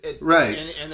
Right